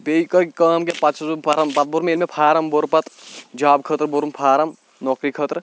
بیٚیہِ گٔیے کٲم کہ پَتہٕ چھُس بہٕ بَران پَتہٕ بوٚر مےٚ ییٚلہِ مےٚ فارم بوٚر پَتہٕ جاب خٲطرٕ بوٚرُم فارم نوکری خٲطرٕ